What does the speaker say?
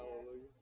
Hallelujah